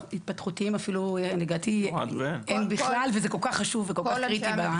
התפתחותיים אין בכלל וזה כל כך חשוב וכל כך קריטי.